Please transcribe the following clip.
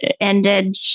ended